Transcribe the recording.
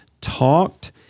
talked